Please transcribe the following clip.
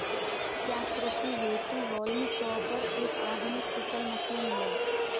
क्या कृषि हेतु हॉल्म टॉपर एक आधुनिक कुशल मशीन है?